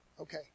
okay